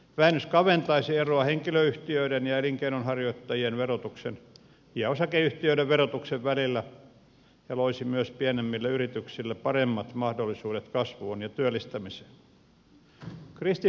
vähennys kaventaisi eroa henkilöyhtiöiden ja elinkeinonharjoittajien verotuksen ja osakeyhtiöiden verotuksen välillä ja loisi myös pienemmille yrityksille paremmat mahdollisuudet kasvuun ja työllistämiseen